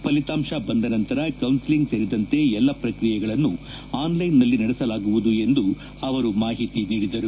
ಫಲಿತಾಂಶ ಬಂದ ನಂತರ ಕೌನ್ನಿಲಿಂಗ್ ಸೇರಿದಂತೆ ಎಲ್ಲ ಪ್ರಕ್ರಿಯೆಗಳನ್ನು ಆನ್ ಲೈನ್ ನಲ್ಲಿ ನಡೆಸಲಾಗುವುದು ಎಂದು ಅವರು ಮಾಹಿತಿ ನೀಡಿದರು